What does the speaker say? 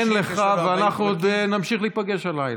אז סמן לך ואנחנו עוד נמשיך להיפגש הלילה.